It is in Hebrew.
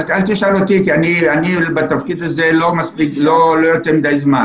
אל תשאל אותי כי אני בתפקיד הזה לא יותר מדי זמן